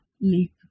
leap